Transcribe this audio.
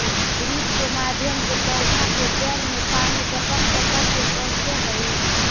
drip के माध्यम से पौधा के जड़ में पानी टपक टपक के पहुँचऽ हइ